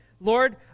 Lord